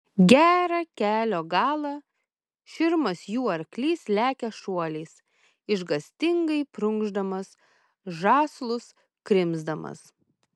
gerą kelio galą širmas jų arklys lekia šuoliais išgąstingai prunkšdamas žąslus krimsdamas